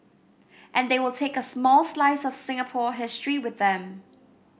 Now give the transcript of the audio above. and they will take a small slice of Singapore history with them